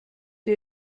ihr